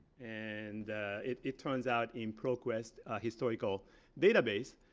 and it it turns out, in proquest historical database,